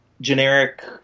generic